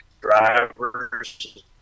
drivers